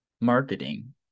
marketing